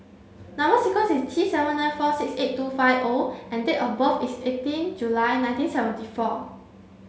number sequence is T seven nine four six eight two five O and date of birth is eighteen July nineteen seventy four